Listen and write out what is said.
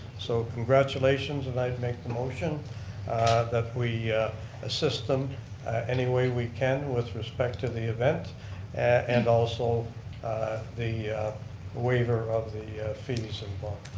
so congratulations and i'd make the motion that we assist them any way we can with respect to the event and also the waiver of the fees and but